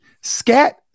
Scat